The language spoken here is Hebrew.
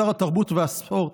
לשר התרבות והספורט,